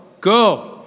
go